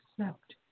accept